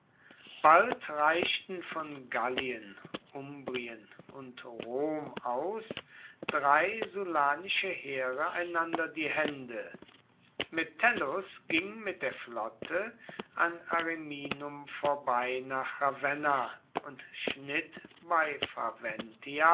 bald reichten von gallien umbrien und rom aus drei sullanische heere einander die hände metellus ging mit der flotte an ariminum vorbei nach ravenna und